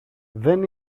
δεν